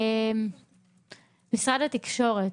משרד התקשורת,